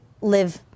live